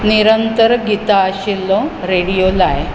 निरंतर गीतां आशिल्लो रेडीयो लाय